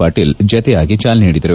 ಪಾಟೀಲ್ ಜತೆಯಾಗಿ ಚಾಲನೆ ನೀಡಿದರು